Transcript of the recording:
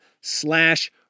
slash